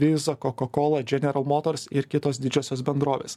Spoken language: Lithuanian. visa coca cola general motors ir kitos didžiosios bendrovės